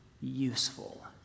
useful